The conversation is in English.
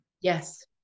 Yes